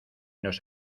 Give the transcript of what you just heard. nos